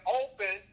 open